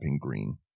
green